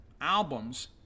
albums